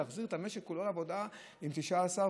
להחזיר את המשק כולו לעבודה עם 19 נוסעים,